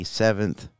seventh